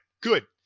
good